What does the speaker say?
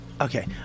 Okay